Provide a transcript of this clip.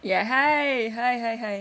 ya hi hi hi hi hi